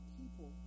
people